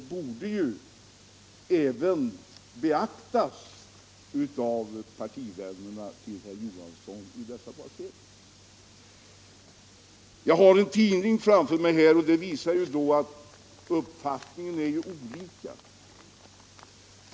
Jag har en tidning framför mig som visar att uppfattningarna är olika.